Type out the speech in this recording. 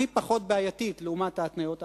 היא הכי פחות בעייתית לעומת ההתניות האחרות.